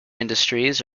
industries